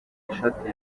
ishati